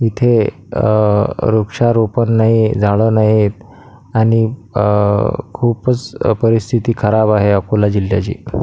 इथे वृक्षारोपण नाही झाडं नाहीत आणि खूपच परिस्थिती खराब आहे अकोला जिल्ह्याची